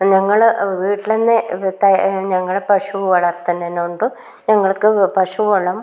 ഞങ്ങൾ വീട്ടിൽ തന്നെ ഞങ്ങളെ പശു വളർത്തനെനോണ്ടും ഞങ്ങൾക്ക് പശുവളം